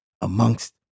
amongst